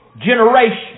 generation